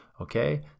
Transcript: Okay